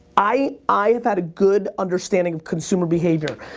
i i have had a good understanding of consumer behavior.